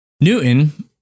newton